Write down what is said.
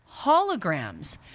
holograms